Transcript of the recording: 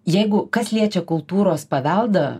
jeigu kas liečia kultūros paveldą